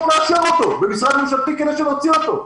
לאשר אותו במשרד ממשלתי כדי שנוציא אותו.